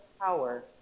power